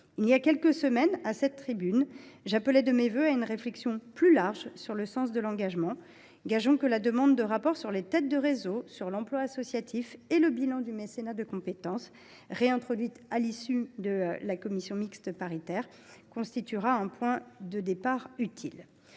Il y a quelques semaines, à cette même tribune, j’appelais de mes vœux une réflexion plus large sur le sens de l’engagement. Gageons que le rapport sur le rôle des têtes de réseaux, la situation de l’emploi associatif et le bilan du mécénat de compétences, réintroduit à l’issue des travaux de la commission mixte paritaire, en constituera un point de départ utile.